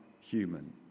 human